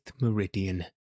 meridian